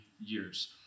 years